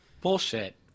Bullshit